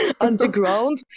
underground